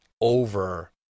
over –